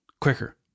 quicker